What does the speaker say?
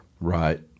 Right